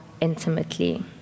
intimately